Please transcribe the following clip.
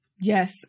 Yes